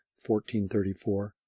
14.34